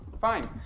Fine